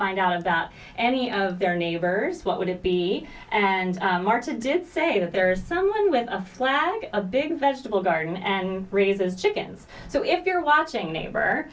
find out about any of their neighbors what would it be and did say that there is someone with a flag a big vegetable garden and raise those chickens so if you're watching neighbor